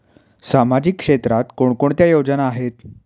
सामाजिक क्षेत्रात कोणकोणत्या योजना आहेत?